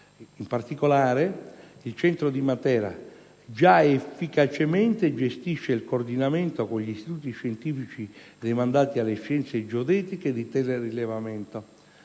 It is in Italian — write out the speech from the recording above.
in particolare, il Centro di Matera già efficacemente gestisce il coordinamento con gli istituti scientifici demandati alle scienze geodetiche e di telerilevamento.